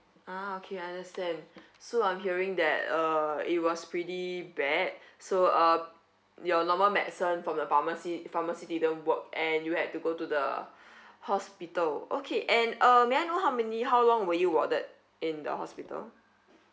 ah okay understand so I'm hearing that uh it was pretty bad so uh your normal medicine from the pharmacy pharmacy didn't work and you had to go to the hospital okay and um may I know how many how long were you warded in the hospital